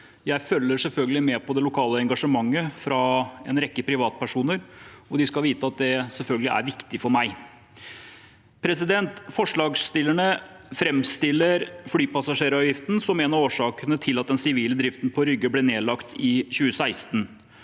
Jeg følger selvfølgelig med på det lokale engasjementet fra en rekke privatpersoner, og de skal vite at det selvfølgelig er viktig for meg. Forslagsstillerne framstiller flypassasjeravgiften som en av årsakene til at den sivile driften på Rygge ble nedlagt i 2016.